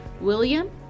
William